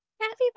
Happy